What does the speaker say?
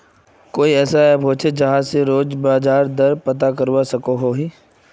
कोई ऐसा ऐप होचे जहा से रोज बाजार दर पता करवा सकोहो ही?